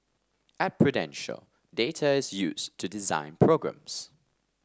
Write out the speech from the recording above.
at Prudential data is used to design programmes